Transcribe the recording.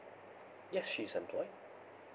yes she's employed